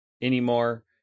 anymore